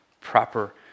proper